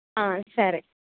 ఆ సరే